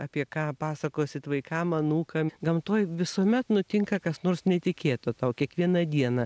apie ką pasakosit vaikam anūkam gamtoj visuomet nutinka kas nors netikėto tau kiekvieną dieną